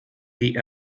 die